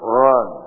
run